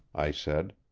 i said.